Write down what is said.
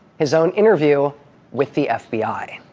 his own interview with the fbi